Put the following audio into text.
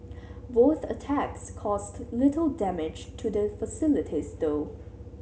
both attacks caused little damage to the facilities though